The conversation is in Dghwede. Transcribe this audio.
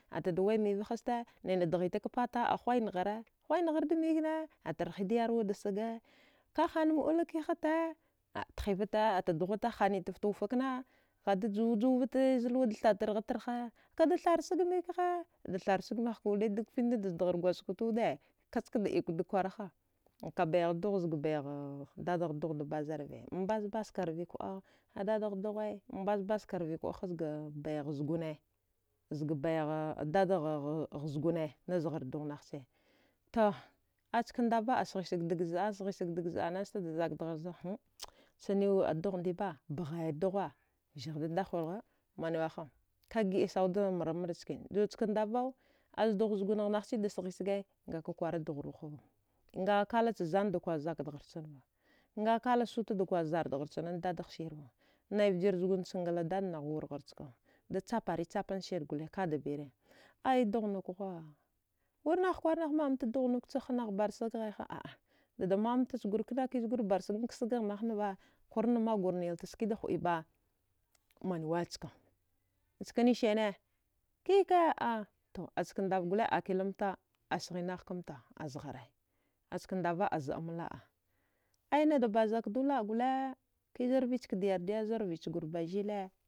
Atada waimiyiva haste nina dghaitak pata a huwainaghara huwainagharda mikne atarhida yarwada saga kahaməula kihata a thivata dughuta hanitafta wufakna kada juwujwavata zaluwada thachtargha tarhaya kada tharchagmikha datharchag maghka gole dukfichnada zdaghar gwadjgaft wude kachkada ikwada waraha kabaighdugh zgabayagh dadaghdughda baza rve mabazbazka rvikuəa a dadagh dughe ma bazbazka rve kuəa hazga bayagh zgune zga baigha zga dadagh zgune nazghar dughnaghche aska ngava asghisag dazəa sghisag da zəanan stada zakdgharza han chaniw a dughndiba baghaya dughwa wizaghde dahuwilghuwa manweha kagiəa sauda mrammara chkane juchkandavau azdughzgun ghnaghchida sghjisagai ngaka kwara dughru hava nga kalachzanda karzakdghar stava nga kalachsukata da kwazardghar chanan dadaghsirva nai vjir zguncha nngla dadnagha wurghar chka da chaparchapansir gole kada bire aya dughnukghuwa warnahkwara nahmaə mta dughnukchahha nabarsagvagha ha aya dadamaə mtachghur kna kizgur barsagan ksagagh nahnaba kwarna magwarnilta skida huəiba wanwe ska njkinisene kika a to askandav gole a akilamta asghi nahkamta azghare askandava azəam laəa ainada bazakdu laə gole kiza rvichkada yardiyar zarvichgur bazile.